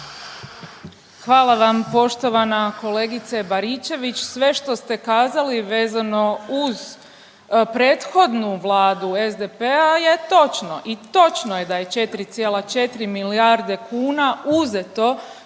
Hvala vam poštovana kolegice Baričević, sve što ste kazali vezano uz prethodnu Vladu SDP-a je točno i točno je da je 4,4 milijarde kuna uzeto